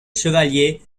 chevalier